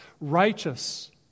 righteous